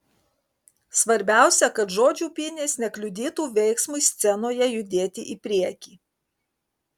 svarbiausia kad žodžių pynės nekliudytų veiksmui scenoje judėti į priekį